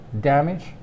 damage